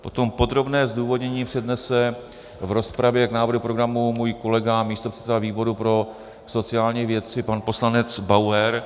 Potom podrobné zdůvodnění přednese v rozpravě k návrhu programu můj kolega, místopředseda výboru pro sociální věci, pan poslanec Bauer.